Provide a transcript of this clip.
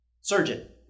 surgeon